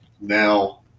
Now